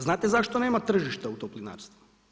Znate zašto nema tržišta u toplinarstvu?